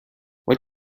what